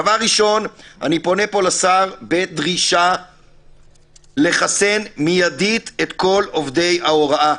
דבר ראשון אני פונה פה לשר בדרישה לחסן מידית את כל עובדי ההוראה.